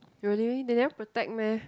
really they never protect meh